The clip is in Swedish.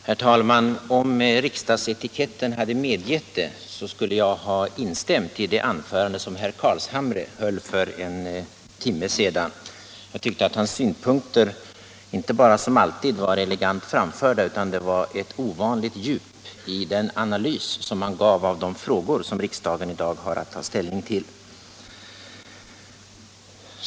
Herr talman! Om riksdagsetiketten hade medgivit det skulle jag ha instämt i det anförande som herr Carlshamre höll för en timme sedan. Jag tycker inte bara att hans synpunkter, som alltid, framfördes elegant, utan också att det var ett djup i den analys som han gav av de frågor som riksdagen i dag har att ta ställning till.